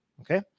okay